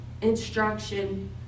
instruction